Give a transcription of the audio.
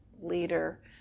leader